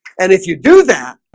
and if you do that